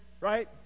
right